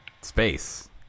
Space